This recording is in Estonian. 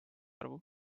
arvu